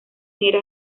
eran